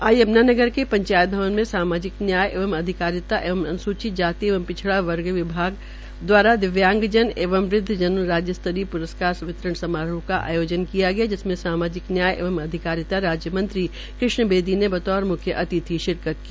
आज यम्नानगर के पंचायत भवन में सामाजिक न्याय एवं अधिकारिता एवं अन्सूचित जाति व पिछड़ा वर्ग विभाग दिव्यांग एंव वृद्वाजन राज्य स्त्रीय प्रस्कार वितरण समारोह का आयोजन किया गया जिसमें सामाजिक न्याय एवं अधिकारिता राज्य मंत्री कृष्ण बेदी ने बतौर मुख्य अतिथि शिरकत की